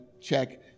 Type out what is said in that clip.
check